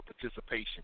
participation